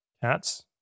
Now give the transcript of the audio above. cats